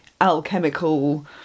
alchemical